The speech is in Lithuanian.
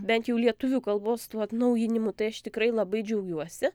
bent jau lietuvių kalbos tų atnaujinimų tai aš tikrai labai džiaugiuosi